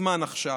הזמן עכשיו.